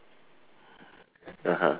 (uh huh)